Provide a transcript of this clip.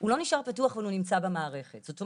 הוא לא נשאר פתוח, אבל הוא נמצא במערכת.